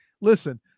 listen